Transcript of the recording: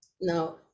Now